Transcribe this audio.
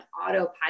autopilot